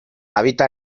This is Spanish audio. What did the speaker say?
habita